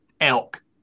elk